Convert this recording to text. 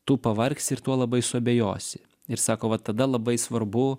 tu pavargsi ir tuo labai suabejosi ir sako va tada labai svarbu